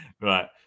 right